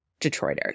Detroiters